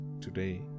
today